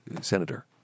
Senator